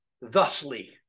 thusly